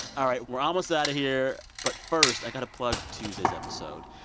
all right. we're almost out of here. but first, i've got to plug tuesday's episode.